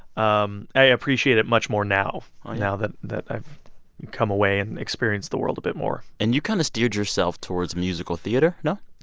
um i appreciate it much more now now that that i've come away and experienced the world a bit more and you kind of steered yourself towards musical theater, no?